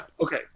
Okay